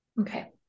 okay